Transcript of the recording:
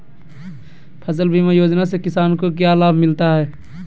फसल बीमा योजना से किसान को क्या लाभ मिलता है?